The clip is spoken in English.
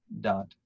dot